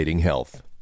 health